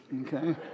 Okay